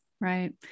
Right